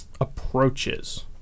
approaches